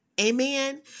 amen